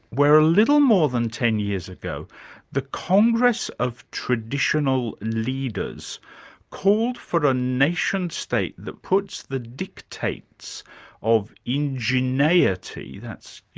where a little more than ten years ago the congress of traditional leaders called for a nation-state that puts the dictates of indigeneity, that's, you